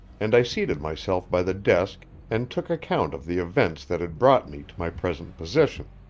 and i seated myself by the desk and took account of the events that had brought me to my present position.